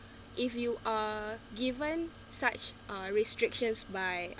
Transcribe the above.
if you are given such uh restrictions by